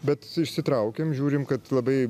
bet išsitraukėm žiūrim kad labai